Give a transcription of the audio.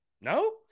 No